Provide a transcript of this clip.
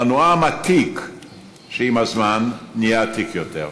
אנו עם עתיק שעם הזמן נהיה עתיק יותר.